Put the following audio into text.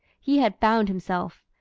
he had found himself.